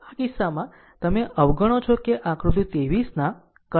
આમ આ કિસ્સામાં તમે અવગણો છો કે આકૃતિ 23 ના કરંટ 2